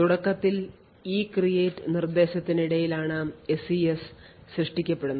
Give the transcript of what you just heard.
തുടക്കത്തിൽ ECREATE നിർദ്ദേശത്തിനിടയിലാണ് SECS സൃഷ്ടിക്കപ്പെടുന്നത്